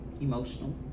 emotional